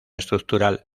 estructural